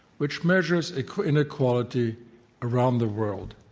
which measures inequality around the world.